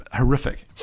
horrific